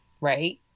Right